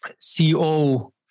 CEO